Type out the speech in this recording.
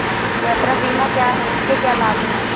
यात्रा बीमा क्या है इसके क्या लाभ हैं?